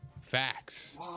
Facts